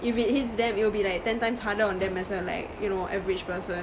if it hits them it will be like ten times harder on them as well like you know average person